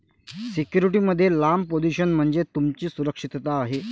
security मध्ये लांब position म्हणजे तुमची सुरक्षितता आहे